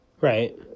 Right